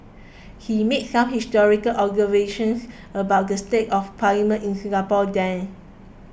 he made some historic observations about the state of Parliament in Singapore then